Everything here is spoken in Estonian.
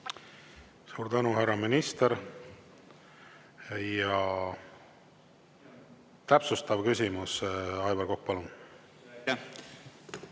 Suur tänu, härra minister! Täpsustav küsimus, Aivar Kokk,